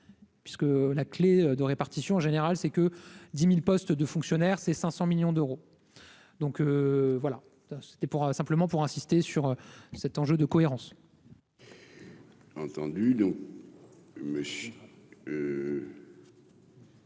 que la clé de répartition générale c'est que 10000 postes de fonctionnaires, c'est 500 millions d'euros, donc voilà c'était pour simplement pour insister sur cet enjeu de cohérence. Entendu, donc Monsieur.